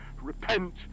Repent